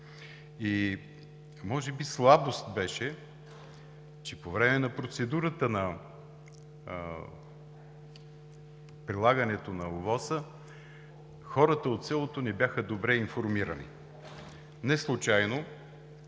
Може би беше слабост, че по време на процедурата за прилагането на ОВОС-а хората от селото не бяха добре информирани. Неслучайно